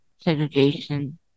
segregation